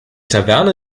taverne